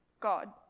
God